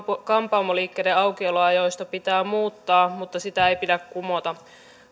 kampaamoliikkeiden aukioloajoista pitää muuttaa mutta sitä ei pidä kumota